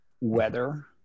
weather